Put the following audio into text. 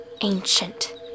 ancient